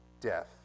death